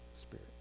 spirit